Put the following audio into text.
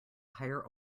higher